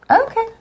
Okay